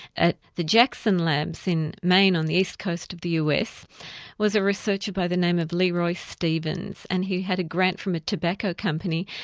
at the jackson labs, in maine on the east coast of the us was a researcher by the name of leroy stevens and he had a grant from a tobacco company,